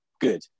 good